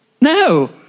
No